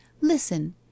Listen